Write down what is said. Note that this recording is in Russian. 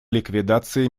ликвидации